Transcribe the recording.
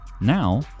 now